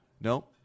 No